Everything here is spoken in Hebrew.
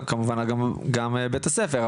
כמובן אגב, גם בית הספר.